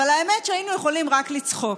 והאמת שהיינו יכולים רק לצחוק,